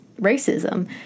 racism